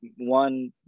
one